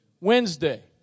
Wednesday